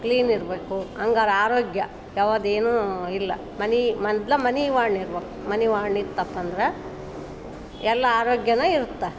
clean ಇರಬೇಕು ಹಾಗಾದ್ರ್ ಆರೋಗ್ಯ ಯಾವುದ್ ಏನೂ ಇಲ್ಲ ಮನೆ ಮೊದ್ಲು ಮನೆ ವಾಣ್ ಇರ್ಬೇಕು ಮನೆ ವಾಣ್ ಇತ್ತಪ್ಪ ಅಂದ್ರೆ ಎಲ್ಲ ಆರೋಗ್ಯನೇ ಇರ್ತ